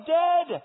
dead